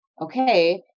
Okay